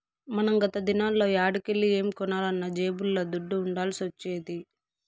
మనం గత దినాల్ల యాడికెల్లి ఏం కొనాలన్నా జేబుల్ల దుడ్డ ఉండాల్సొచ్చేది